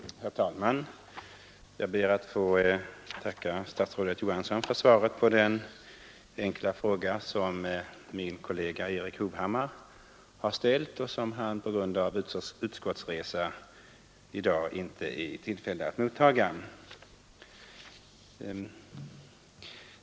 Herr talman! Jag ber att få tacka statsrådet Johansson för svaret på den enkla fråga som min kollega Erik Hovhammar har ställt och vilket han på grund av utskottsresa i dag inte är i tillfälle att mottaga.